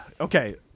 Okay